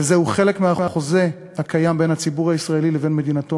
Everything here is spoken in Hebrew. וזהו חלק מהחוזה הקיים בין הציבור הישראלי לבין מדינתו,